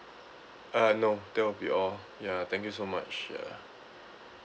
uh no that will be all ya thank you so much ya